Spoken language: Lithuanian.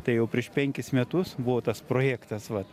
tai jau prieš penkis metus buvo tas projektas vat